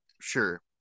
Sure